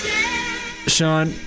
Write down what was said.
Sean